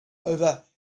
over